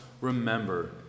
remember